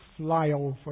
flyover